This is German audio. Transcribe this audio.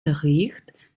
bericht